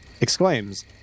exclaims